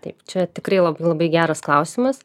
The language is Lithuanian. taip čia tikrai labai labai geras klausimas